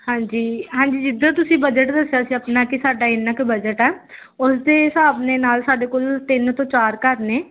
ਹਾਂਜੀ ਹਾਂਜੀ ਜਿੱਦਾਂ ਤੁਸੀਂ ਬਜਟ ਦੱਸਿਆ ਸੀ ਆਪਣਾ ਕਿ ਸਾਡਾ ਇੰਨਾ ਕੁ ਬਜਟ ਆ ਉਸਦੇ ਹਿਸਾਬ ਦੇ ਨਾਲ ਸਾਡੇ ਕੋਲ ਤਿੰਨ ਤੋਂ ਚਾਰ ਘਰ ਨੇ